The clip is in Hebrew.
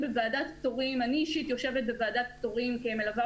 אני אישית יושבת בוועדת פטורים ומלווה